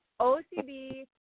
OCB